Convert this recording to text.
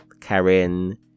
karen